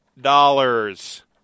dollars